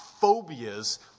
phobias